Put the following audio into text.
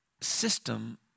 system